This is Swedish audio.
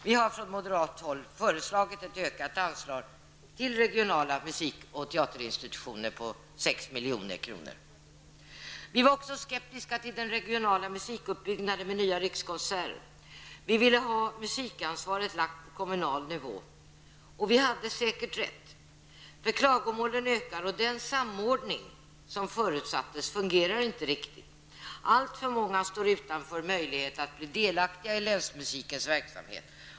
Vi moderater har föreslagit ett ökat anslag på 6 milj. Vi var också skeptiska till den regionala musikuppbyggnaden med nya rikskonserter. Vi ville ha musikansvaret lagt på kommunal nivå, och vi hade säkert rätt. Klagomålen på musikverksamheten ökar, och den samordning som föresattes fungerar inte riktigt. Alltför många står utanför möjligheten att bli delaktiga i länsmusikens verksamhet.